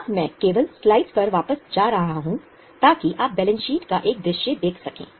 अब मैं केवल स्लाइड पर वापस जा रहा हूं ताकि आप बैलेंस शीट का एक दृश्य देख सकें